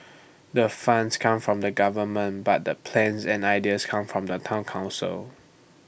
the funds come from the government but the plans and ideas come from the Town Council